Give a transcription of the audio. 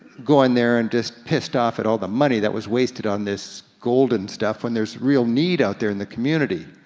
go in there and just pissed off at all the money that was wasted on this golden stuff, when there's real need out there in the community.